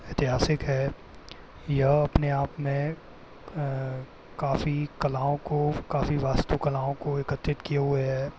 ऐतिहासिक है यह अपने आप में काफ़ी कलाओं को काफ़ी वास्तु कलाओं को एकत्रित किए हुए है